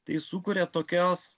tai sukuria tokios